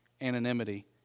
anonymity